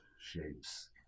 shapes